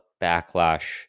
backlash